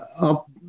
up